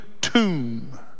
tomb